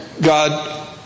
God